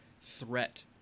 threat